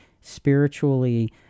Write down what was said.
spiritually